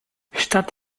statt